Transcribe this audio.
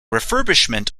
refurbishment